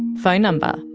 phone number,